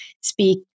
speak